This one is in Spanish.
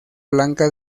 blanca